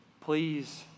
please